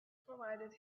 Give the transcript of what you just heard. provided